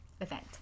event